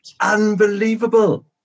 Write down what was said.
Unbelievable